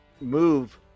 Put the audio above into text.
move